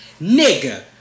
nigga